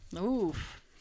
Oof